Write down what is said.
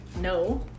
No